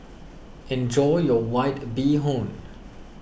enjoy your White Bee Hoon